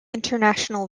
international